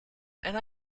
and